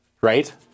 Right